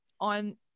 on